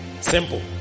Simple